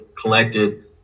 collected